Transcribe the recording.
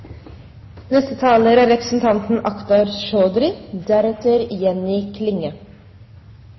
Neste taler er Øyvind Håbrekke. Representanten